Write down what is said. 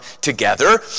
together